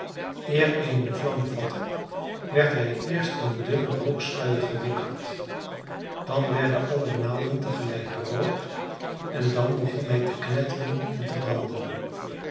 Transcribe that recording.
eer een de vlam vatte werd hij eerst in een dunnen rooksluier gewikkeld dan werden alle naalden tegelijk rood en dan begon hij te knetteren en te branden